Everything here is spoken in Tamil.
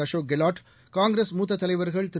அசோக் கெலாட் காங்கிரஸ் மூத்த தலைவர்கள் திரு